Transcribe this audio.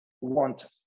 want